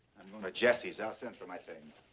jessie's. i'll send for my things.